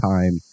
Time